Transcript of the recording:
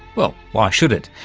well, why should it?